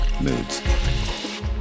Moods